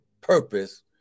purpose